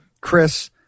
Chris